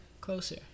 Closer